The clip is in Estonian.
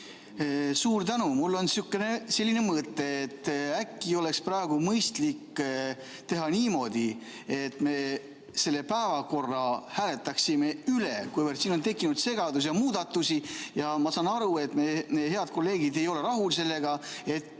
Suur tänu! Mul on selline mõte. Äkki oleks praegu mõistlik teha niimoodi, et me selle päevakorra hääletaksime üle, kuivõrd siin on tekkinud segadust ja muudatusi ja ma saan aru, et meie head kolleegid ei ole rahul sellega. Et